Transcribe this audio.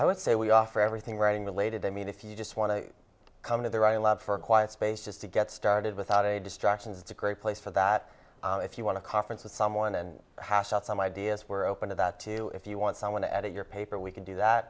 i would say we offer everything writing related i mean if you just want to come in there i love for a quiet space just to get started without a distractions it's a great place for that if you want to conference with someone and hash out some ideas were open to that too if you want someone to edit your paper we can do that